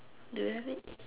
do you have it